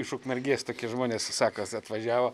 iš ukmergės tokie žmonės sakos atvažiavo